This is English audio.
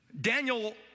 Daniel